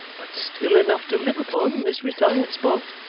but still enough to live upon in this retired spot.